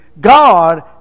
God